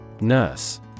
Nurse